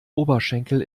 oberschenkel